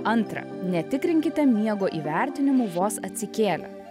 antra netikrinkite miego įvertinimų vos atsikėlę